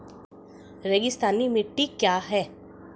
रेगिस्तानी मिट्टी क्या है?